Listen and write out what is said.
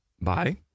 Bye